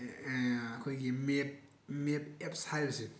ꯑꯩꯈꯣꯏꯒꯤ map map apps ꯍꯥꯏꯕꯁꯦ